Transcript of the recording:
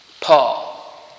Paul